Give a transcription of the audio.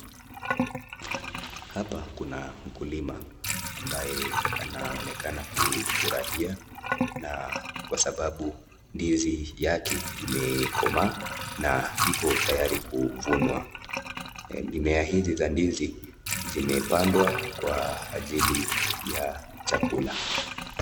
Hapa kuna mkulima ambaye anaonekana kufurahia na kwa sababu ndizi yake imekomaa na iko tayari kuvunwa. Mimea hizi za ndizi zimepandwa kwa ajili ya chakula.